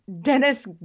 Dennis